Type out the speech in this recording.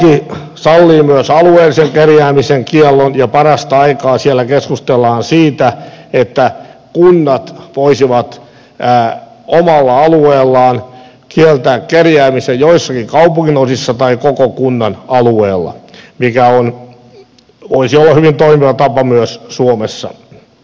norjan laki sallii myös alueellisen kerjäämisen kiellon ja parasta aikaa siellä keskustellaan siitä että kunnat voisivat omalla alueellaan kieltää kerjäämisen joissakin kaupunginosissa tai koko kunnan alueella mikä voisi olla hyvin toimiva tapa myös suomessa